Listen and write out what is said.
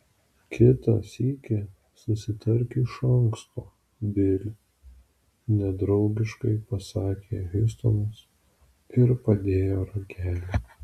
kitą sykį susitark iš anksto bili nedraugiškai pasakė hjustonas ir padėjo ragelį